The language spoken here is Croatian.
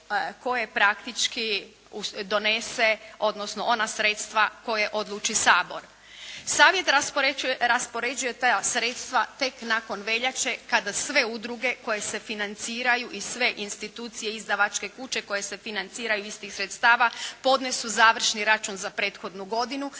koje praktički donese odnosno ona sredstva koja odluči Sabor. Savjet raspoređuje ta sredstva tek nakon veljače kada sve udruge koje se financiraju i sve institucije i izdavačke kuće koje se financiraju iz tih sredstava podnesu završni račun za prethodnu godinu